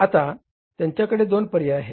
आता त्यांच्याकडे दोन पर्याय आहेत